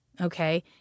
Okay